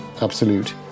absolute